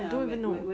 don't even know